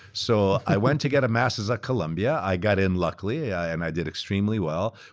so i went to get a masters at columbia, i got in luckily, i and i did extremely well,